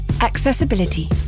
accessibility